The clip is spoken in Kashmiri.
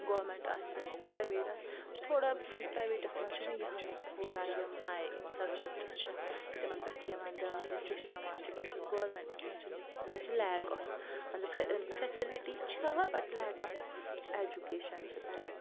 گورمیٚنٛٹ آسہِ یا پرٛایویٹ آسہِ ہُہ چھِ تھوڑا پرٛایویٹَس منٛز چھُ وۄنۍ یِہٕے تھوڑا یِم ہاے یِم سبجَکٹٕس چھِ تِمَن پٮ۪ٹھ چھِ یِوان دھیان دِنہٕ ہیٚچھناوان چھِ بَچَس گورمیٚنٛٹَس منٛز چھِنہٕ تَتہِ چھِ لیک آف وۄنۍ دَپ فیسلٹی چھِ ہا بٹ لیک آف ایٚجوکیشَن چھِ تَتہِ